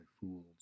fools